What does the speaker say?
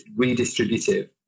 redistributive